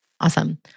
Awesome